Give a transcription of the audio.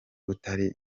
utari